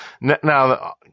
Now